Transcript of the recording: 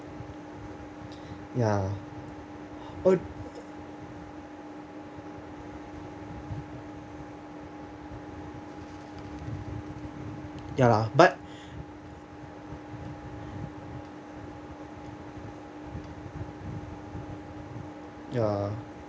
ya oh ya lah but ya